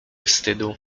wstydu